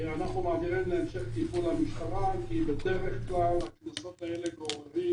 אנחנו מעבירים להמשך טיפול למשטרה כי בדרך-כלל הקנסות האלה גוררים